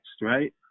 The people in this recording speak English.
right